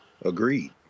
Agreed